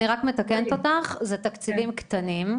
אני רק מתקנת אותך: אלה תקציבים קטנים,